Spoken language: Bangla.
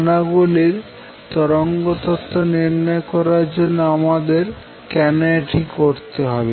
কণা গুলির তরঙ্গ তত্ত্ব নির্ণয় করার জন্য আমাদের কেন এটি করতে হবে